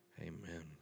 Amen